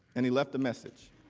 and he left a message.